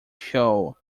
show